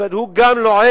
זאת אומרת, הוא גם לועג